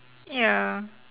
ya